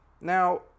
Now